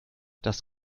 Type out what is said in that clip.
das